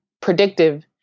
predictive